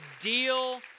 deal